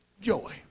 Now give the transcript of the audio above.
Joy